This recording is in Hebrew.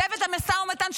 צוות המשא ומתן,